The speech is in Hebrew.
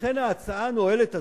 לכן ההצעה הנואלת הזאת,